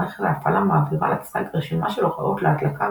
מערכת ההפעלה מעבירה לצג רשימה של הוראות להדלקה